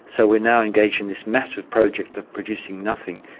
so we're now engaged in this massive project of producing nothing,